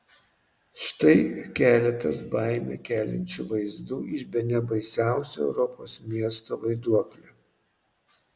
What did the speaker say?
štai keletas baimę keliančių vaizdų iš bene baisiausio europos miesto vaiduoklio